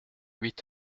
huit